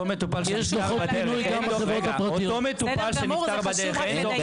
אותו מטופל שנפטר בדרך --- בן אדם שהולך